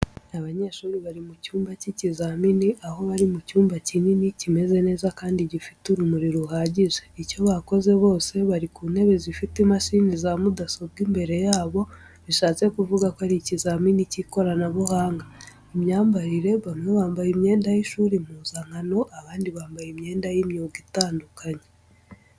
Abanyeshuri bari mu cyumba cy'ikizamini, aho bari mu cyumba kinini, kimeze neza kandi gifite urumuri ruhagije. Icyo bakoze bose, bari ku ntebe zifite imashini za mudasobwa imbere yabo, bishatse kuvuga ko ari ikizamini cy’ikoranabuhanga. Imyambarire, bamwe bambaye imyenda y’ishuri impuzankano, abandi bambaye imyenda y’imyuga itandukanye.